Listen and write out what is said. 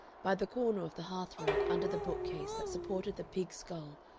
by the corner of the hearthrug under the bookcase that supported the pig's skull,